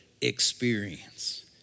experience